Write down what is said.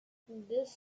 this